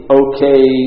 okay